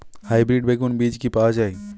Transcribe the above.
Hybrid বেগুন বীজ কি পাওয়া য়ায়?